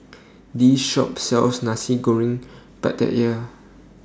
This Shop sells Nasi Goreng Pattaya